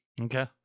Okay